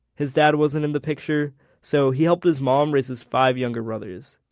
his dad wasn't in the picture so he helped his mom raise his five younger brothers.